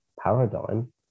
paradigm